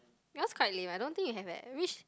because quite lame I don't think you have eh which